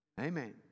Amen